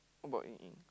what about Ying Ying